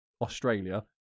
Australia